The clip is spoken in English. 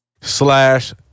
slash